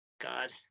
god